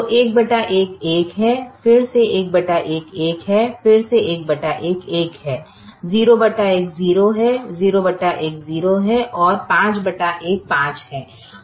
तो 1 1 1 है फिर से 11 1 है फिर से 11 1 है 01 0 है 0 1 0 है और 5 1 5 है